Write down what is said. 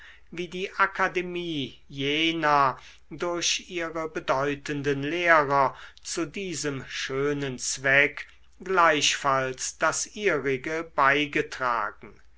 wie die akademie jena durch ihre bedeutenden lehrer zu diesem schönen zweck gleichfalls das ihrige beigetragen